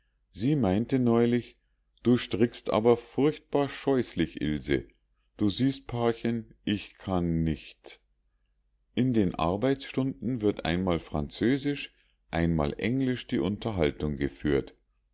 sie meinte neulich du strickst aber furchtbar scheußlich ilse du siehst pa'chen ich kann nichts in den arbeitsstunden wird einmal französisch einmal englisch die unterhaltung geführt